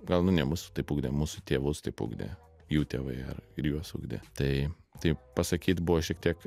gal nu ne mus taip ugdė mūsų tėvus taip ugdė jų tėvai ar ir juos ugdė tai tai pasakyt buvo šiek tiek